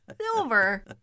Silver